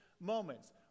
moments